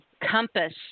compass